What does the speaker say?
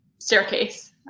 staircase